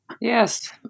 Yes